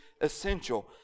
essential